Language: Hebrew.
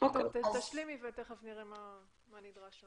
תשלימי ותכף נראה מה נדרש.